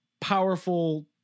powerful